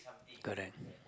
correct